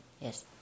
yes